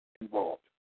involved